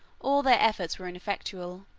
all their efforts were ineffectual